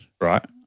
right